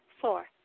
Four